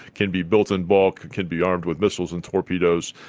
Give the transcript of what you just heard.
can be built in bulk, can be armed with missiles and torpedoes,